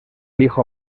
hijo